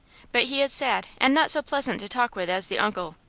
but he is sad, and not so pleasant to talk with as the uncle.